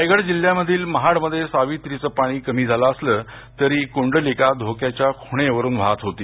रायगड जिल्ह्यातील महाडमध्ये सावित्रीचे पाणी कमी झालं तरी कुंडलिका धोक्याच्या खुणेवरून वाहत होती